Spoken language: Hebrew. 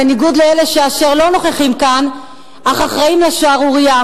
בניגוד לאלה אשר לא נוכחים כאן אך אחראים לשערורייה,